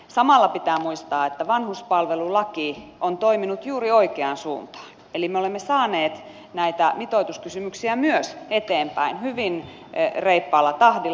samalla pitää muistaa että vanhuspalvelulaki on toiminut juuri oikeaan suuntaan eli me olemme saaneet myös näitä mitoituskysymyksiä eteenpäin hyvin reippaalla tahdilla